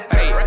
Hey